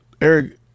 Eric